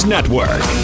Network